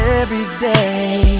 everyday